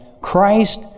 Christ